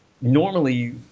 normally